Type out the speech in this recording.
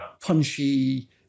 punchy